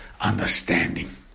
understanding